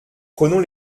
prenons